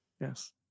Yes